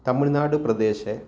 तमिळ्नाडु प्रदेशे